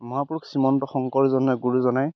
মহাপুৰুষ শ্ৰীমন্ত শংকৰজনে গুৰুজনাই